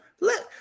Look